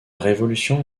révolution